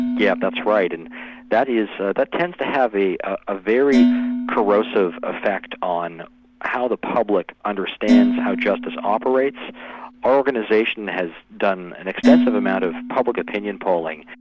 yeah that's right, and that ah ah tends to have a ah very corrosive effect on how the public understands how justice operates. our organisation has done an extensive amount of public opinion polling.